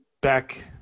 back